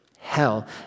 Hell